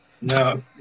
No